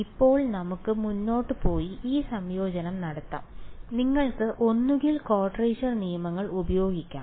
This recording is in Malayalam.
ഇപ്പോൾ നമുക്ക് മുന്നോട്ട് പോയി ഈ സംയോജനം നടത്താം നിങ്ങൾക്ക് ഒന്നുകിൽ ക്വാഡ്രേച്ചർ നിയമങ്ങൾ ഉപയോഗിക്കാം